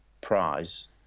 prize